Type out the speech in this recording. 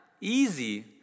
easy